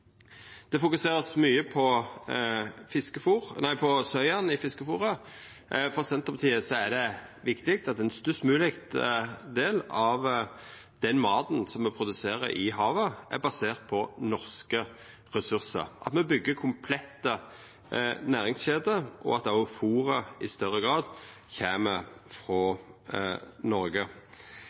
vert fokusert mykje på soyaen i fiskefôret. For Senterpartiet er det viktig at ein størst mogleg del av den maten som me produserer i havet, er basert på norske ressursar, at me byggjer komplette næringskjeder, og at òg fôret i større grad kjem frå Noreg.